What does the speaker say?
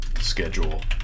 schedule